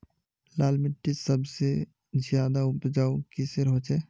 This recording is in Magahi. लाल माटित सबसे ज्यादा उपजाऊ किसेर होचए?